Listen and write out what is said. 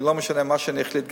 כי לא משנה מה אני אחליט,